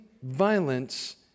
violence